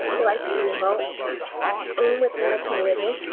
you know i could be remote and within the community.